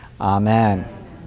Amen